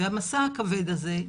המשא הכבד הזה,